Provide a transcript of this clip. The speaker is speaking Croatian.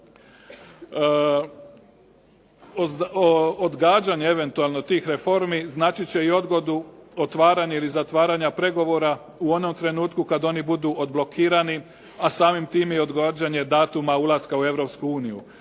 Odgađanje eventualno tih reformi značiti će i odgodu otvaranja ili zatvaranja pregovora u onom trenutku kad oni budu odblokirani, a samim time i odgađanje datuma ulaska u